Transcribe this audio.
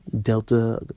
delta